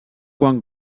quan